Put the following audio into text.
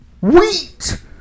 wheat